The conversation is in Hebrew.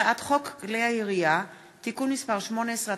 הצעת חוק כלי הירייה (תיקון מס' 18),